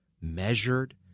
measured